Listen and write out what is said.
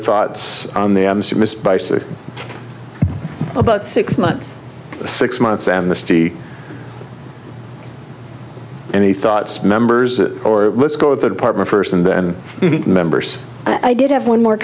thoughts on the about six months six months amnesty any thoughts members or let's go to the department first and then members i did have one more